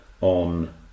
on